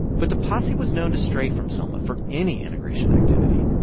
but the posse was known to stray from selma for any integration activity.